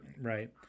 Right